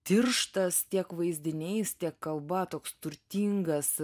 tirštas tiek vaizdiniais tiek kalba toks turtingas